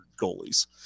goalies